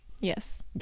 yes